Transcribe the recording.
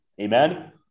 amen